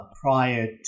prior